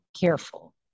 careful